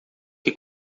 que